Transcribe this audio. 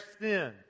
sin